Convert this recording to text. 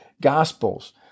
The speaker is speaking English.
Gospels